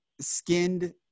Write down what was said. skinned